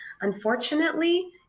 Unfortunately